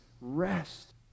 rest